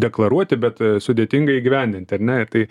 deklaruoti bet sudėtinga įgyvendinti ar ne ir tai